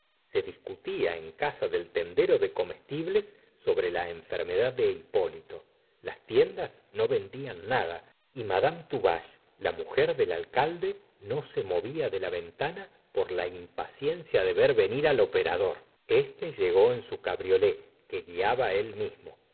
se discutía en casa del tendero de comestibles sobre la enfermedad de hipólito las tier das no vendían nada y liad tuvach e la mujer del alcalde no se movía de la ve ntana por la impaciencia de ver venir al operador este llegó en su cabriolé que guiaba él mismo